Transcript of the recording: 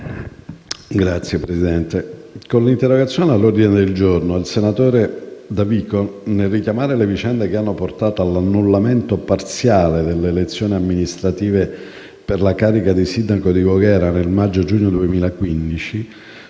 Signor Presidente, con l'interrogazione all'ordine del giorno il senatore Davico, nel richiamare le vicende che hanno portato all'annullamento parziale delle elezioni amministrative per la carica di sindaco di Voghera del maggio-giugno 2015,